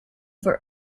for